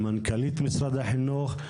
למנכ"לית משרד החינוך,